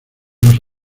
los